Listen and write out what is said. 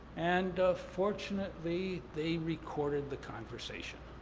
and, fortunately, they recorded the conversation.